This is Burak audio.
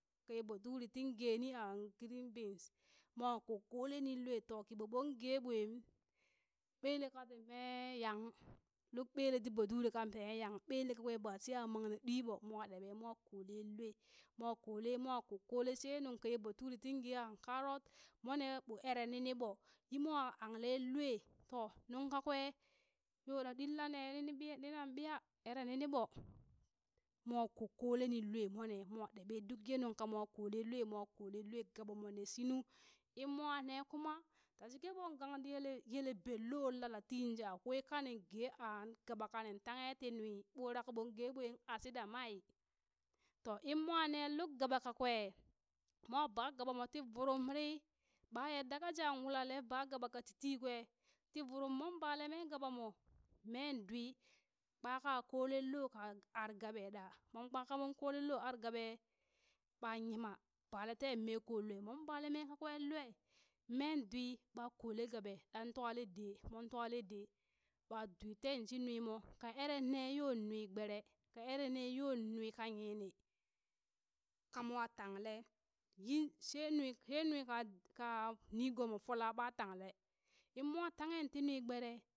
Kaye baduri tin geeni aa green beans mwa kokkolenin loo to kiɓo ɓon gee bwaŋ ɓele kati mee yang luk ɓelee tii baduri kantmee nyan luk bele kakwee ba shee a mangne ɗwibo mwa ɗeɓe mwa koleen mwa kokkoleŋ lwa mwa kole mwa kokkole shee nungka yi baduri tin geha karot monee ɓo ere lini ɓo yimwa aŋle lwe, to nunka kwee yona lilla nee lini ɓiya linnang ɓiya ere linna ɓoo, mwa kokkolenin mone mwa ɗeɓe duk yee nuka mwa kolee lwe mwa koleen lwa gaɓa moo nee shit nuu in mwa nee kuma da shikee moon gangdiyee yele yele bel loo lala tii shee akwai kanin gee aa gaɓa ka nin tanghe ti nwi ɓurak ɓoon gee ɓwen ashidamai, to in mwa nee luk gaɓa kakwee mwa ba gaɓa moo tii vorom rii, bayadda ka jaan wulale ka ba gaɓa ka titii kwee ti vurum moon balee mee gaɓa moo mee dwi kpaka kolen loh ka ar gaɓa ɗa mon kpaka mon koolen loo ar gaɓee ɓa nyima bale teen mee koŋ lwe mon bale mee kakwe lwe meen dwi ɓa kole gaɓe ɗan twalee dee moon twalee dee ɓa dwi teen shi nwi mo ka eree nee yoo nwi gbere ka ere ne yoo nwi ka yini kamwa tanglee yin shee nwi she nwi ka ka nigoomoo fula ɓa tanglee in mwa tanghen ti nwi gbere